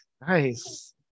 nice